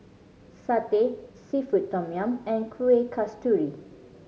satay seafood tom yum and Kuih Kasturi